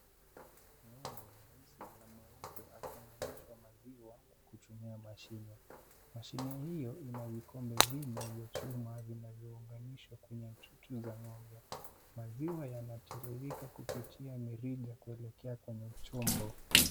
Ng'ombe mweusi na mweupe akinyonyeshwa maziwa kwa kutumia mashine. Mashine hiyo ina vikombe vinne vya chuma vinavyounganishwa kwenye chuchu za ng'ombe. Maziwa yanatiririka kupitia mirija kuelekea kwenye chombo.